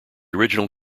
original